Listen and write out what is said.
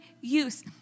use